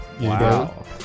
wow